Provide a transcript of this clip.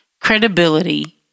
credibility